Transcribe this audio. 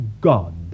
God